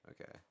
Okay